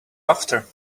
after